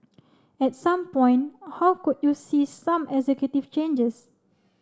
at some point how could you see some executive changes